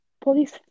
police